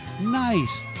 nice